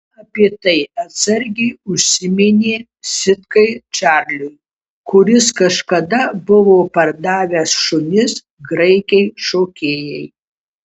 ji apie tai atsargiai užsiminė sitkai čarliui kuris kažkada buvo pardavęs šunis graikei šokėjai